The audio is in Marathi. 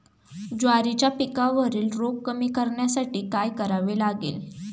ज्वारीच्या पिकावरील रोग कमी करण्यासाठी काय करावे लागेल?